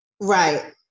Right